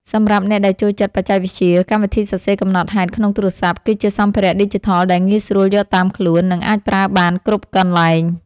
សម្រាប់អ្នកដែលចូលចិត្តបច្ចេកវិទ្យា កម្មវិធីសរសេរកំណត់ហេតុក្នុងទូរស័ព្ទ គឺជាសម្ភារៈឌីជីថលដែលងាយស្រួលយកតាមខ្លួន និងអាចប្រើបានគ្រប់កន្លែង។